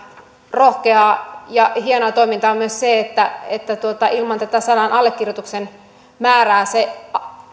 rohkeaa ja hienoa toimintaa on myös se että että ilman tätä sadan allekirjoituksen määrää se